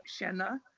shenna